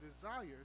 desires